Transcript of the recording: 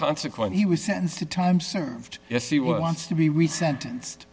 consequently he was sentenced to time served if he wants to be resentenced